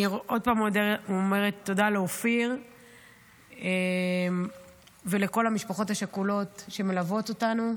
אני עוד פעם אומרת תודה לאופיר ולכל המשפחות השכולות שמלוות אותנו.